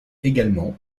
également